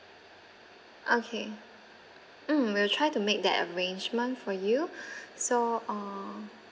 okay mm we'll try to make that arrangement for you so uh